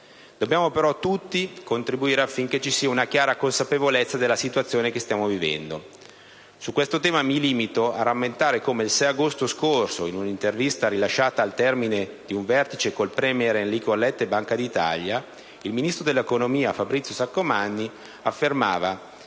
Dobbiamo però tutti contribuire affinché ci sia una chiara consapevolezza della situazione che stiamo vivendo. Su questo tema mi limito a rammentare che il 6 agosto scorso, in una intervista rilasciata al termine di un vertice con il *premier* Enrico Letta e i rappresentanti della Banca d'Italia, il ministro dell'economia Fabrizio Saccomanni affermava: